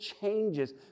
changes